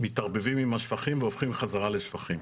מתערבבים עם השפכים והופכים חזרה לשפכים.